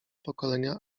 pokolenia